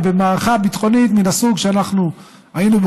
ובמערכה ביטחונית מן הסוג שאנחנו היינו בה